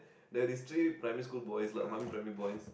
there are this three primary school boys lah one primary boys